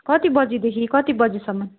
कति बजीदेखि कति बजीसम्म